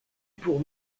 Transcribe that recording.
pour